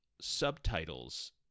subtitles